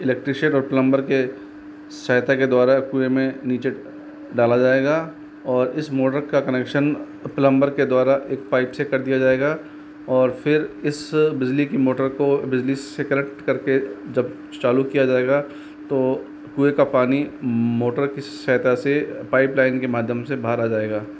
electrician और plumber के सहायता के द्वारा कुए में नीचे डाला जाएगा और इस मोटर का कनेक्शन प्लमबर के द्वारा एक पाइप से कर दिया जाएगा और फ़िर इस बिजली की मोटर बिजली से कनेक्ट कर के जब चालू किया जाएगा तो कुए का पानी मोटर के सहायता से पाइप लाइन के माध्यम से बाहर आ जाएगा